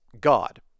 God